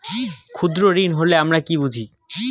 ক্ষুদ্র ঋণ বলতে আমরা কি বুঝি?